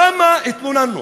כמה התלוננו